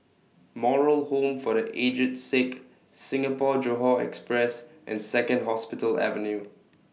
Moral Home For The Aged Sick Singapore Johore Express and Second Hospital Avenue